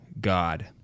god